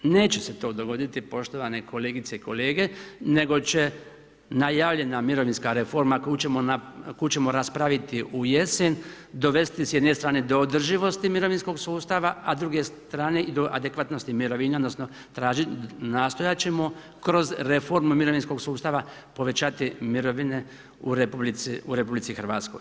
Neće se to dogoditi poštovane kolegice i kolege, nego će najavljena mirovinska reforma koju ćemo raspraviti u jesen, dovesti s jedne strane do održivosti mirovinskog sustava a s druge strane i do adekvatnosti mirovina odnosno nastojat ćemo kroz reforme mirovinskoga sustava, povećati mirovine u RH.